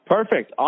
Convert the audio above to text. Perfect